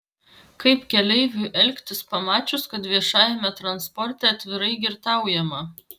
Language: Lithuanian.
kaip keleiviui elgtis pamačius kad viešajame transporte atvirai girtaujama